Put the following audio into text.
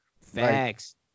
facts